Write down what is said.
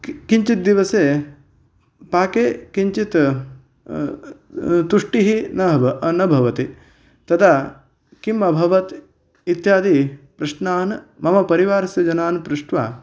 किञ्चित् दिवसे पाके किञ्चित् तुष्टिः न भवत् न भवति तदा किम् अभवत् इत्यादि प्रश्नान् मम परिवारस्य जनान् पृष्ट्वा